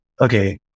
okay